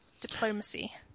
Diplomacy